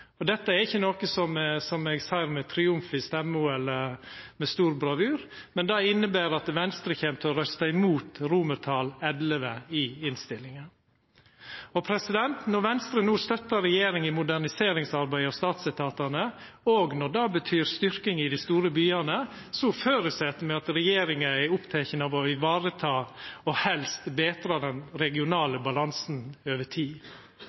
Dette er ikkje noko som eg seier med triumf i stemma, eller med stor bravur, men det inneber at Venstre kjem til å røysta imot XI i innstillinga. Når Venstre no støttar regjeringa i moderniseringsarbeidet av statsetatane, òg når det betyr styrking i dei store byane, føreset me at regjeringa er oppteken av å vareta, og helst betra, den regionale balansen over tid.